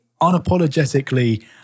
unapologetically